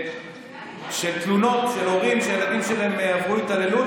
של תלונות של הורים שהילדים שלהם עברו התעללות.